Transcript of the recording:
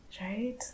Right